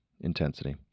intensity